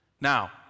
Now